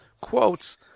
quotes